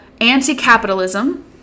anti-capitalism